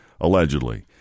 allegedly